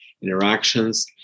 interactions